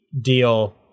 deal